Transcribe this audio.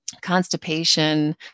constipation